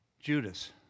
Judas